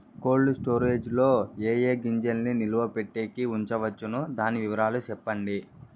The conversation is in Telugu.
కోల్డ్ స్టోరేజ్ లో ఏ ఏ గింజల్ని నిలువ పెట్టేకి ఉంచవచ్చును? దాని వివరాలు సెప్పండి?